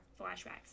flashbacks